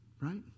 right